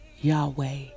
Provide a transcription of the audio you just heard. Yahweh